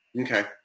Okay